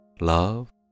Love